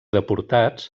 deportats